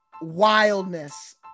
wildness